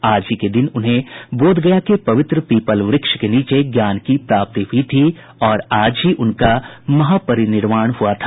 आज ही के दिन उन्हें बोधगया के पवित्र पीपल वृक्ष के नीचे ज्ञान की प्राप्ति हुई थी और आज ही उनका महापरिनिर्वांण भी हुआ था